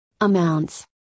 amounts